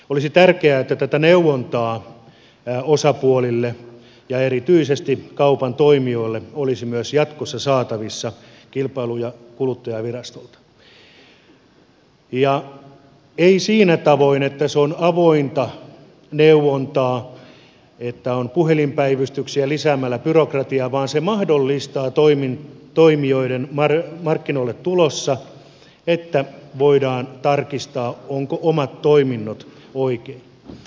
olisi tärkeää että tätä neuvontaa osapuolille ja erityisesti kaupan toimijoille olisi myös jatkossa saatavissa kilpailu ja kuluttajavirastolta ja ei sillä tavoin että se on avointa neuvontaa että on puhelinpäivystyksiä lisäämällä byrokratiaa vaan niin että se mahdollistaa toimijoiden markkinoille tullessa että voidaan tarkistaa ovatko omat toiminnot oikein